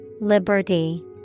Liberty